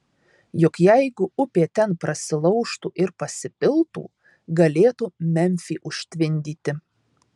juk jeigu upė ten prasilaužtų ir pasipiltų galėtų memfį užtvindyti